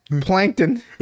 Plankton